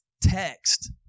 text